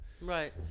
Right